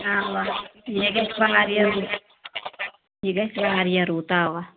اَوا یہِ گژھِ واریاہ رُت یہِ گژھِ واریاہ رُت اَوا